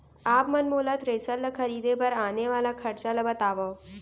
आप मन मोला थ्रेसर ल खरीदे बर आने वाला खरचा ल बतावव?